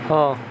ହଁ